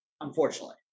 unfortunately